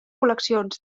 col·leccions